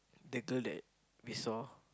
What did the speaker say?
the girl that they saw